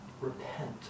Repent